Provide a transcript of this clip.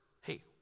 Hey